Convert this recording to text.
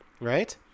right